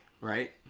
right